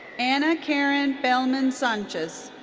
ana karen belman sanchez.